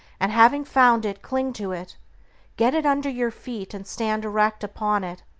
and having found it cling to it get it under your feet and stand erect upon it,